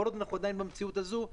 כל עוד אנחנו עדיין במציאות הזאת,